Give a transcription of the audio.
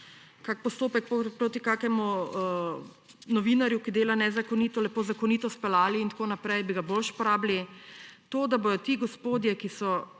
kakšen postopek proti kakšnemu novinarju, ki dela nezakonito, lepo zakonito izpeljali in tako naprej, bi jih boljše porabili. To, da bodo ti gospodje, ki so